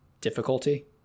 Difficulty